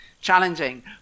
Challenging